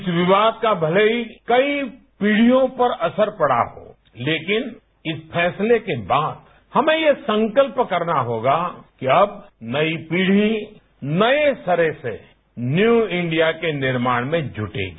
इस विवाद का भले ही कई पीढ़ियों पर असर पड़ा हो लेकिन इस फैसले के बाद हमें यह संकल्प करना होगा कि अब नई पीढ़ी नए सिरे से न्यू इंडिया के निर्माण में जुटेगी